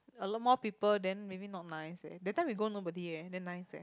a lot more people then maybe not nice leh that time we go nobody eh then nice eh